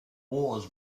wars